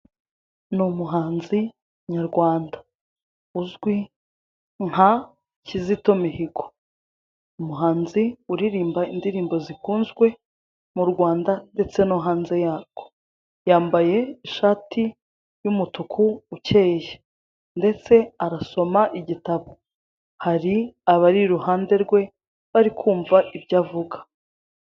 Ni umuhanzi nyarwanda uzwi nka Kizito Mihigo. Umuhanzi uririmba indirimbo zikunzwe mu Rwanda ndetse no hanze yarwo. Yambaye ishati y'umutuku ukeye ndetse arasoma igitabo hari abari iruhanderwe bari kumva ibyo avuga.